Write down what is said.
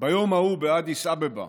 ביום ההוא באדיס אבבה